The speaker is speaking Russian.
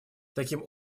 таким